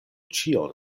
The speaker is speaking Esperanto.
ĉion